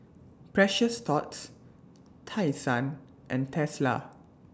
Precious Thots Tai Sun and Tesla